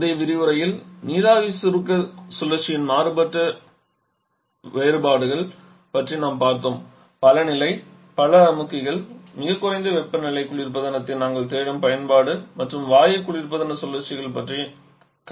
முந்தைய விரிவுரையில் நீராவி சுருக்க சுழற்சியின் மாறுபட்ட வேறுபாடுகள் பற்றி நாம் பார்த்தோம் பல நிலை பல அமுக்கிகள் மிகக் குறைந்த வெப்பநிலை குளிர்பதனத்தை நாங்கள் தேடும் பயன்பாடு மற்றும் வாயு குளிர்பதன சுழற்சிகள் பற்றியும் கற்றோம்